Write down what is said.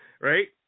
right